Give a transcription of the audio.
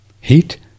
heat